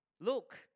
look